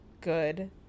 good